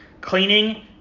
Cleaning